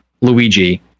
Luigi